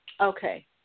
okay